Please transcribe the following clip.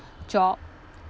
job